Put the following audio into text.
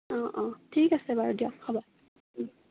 অঁ অঁ ঠিক আছে বাৰু দিয়ক হ'ব অঁ